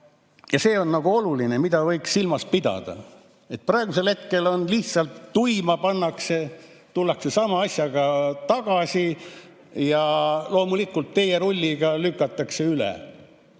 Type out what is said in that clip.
Ja see on oluline, mida võiks silmas pidada. Praegusel hetkel pannakse lihtsalt tuima, tullakse sama asjaga tagasi ja loomulikult teerulliga lükatakse üle